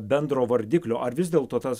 bendro vardiklio ar vis dėlto tas